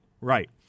Right